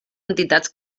entitats